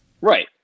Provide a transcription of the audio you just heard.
Right